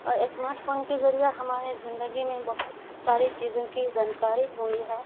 اور smart phone کے ذریعہ ہمارے زندگی میں بہت ساری چیزوں کی جانکاری ہوئی ہے